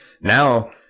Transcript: now